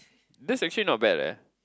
that's actually not bad eh